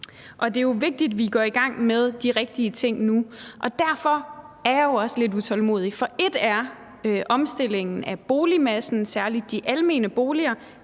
Det er jo vigtigt, at vi går i gang med de rigtige ting nu, og derfor er jeg også lidt utålmodig. For ét er omstillingen af boligmassen, særlig de almene boliger.